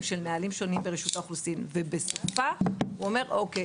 של נהלים שונים ברשות האוכלוסין ובסופם הוא אומר אוקיי,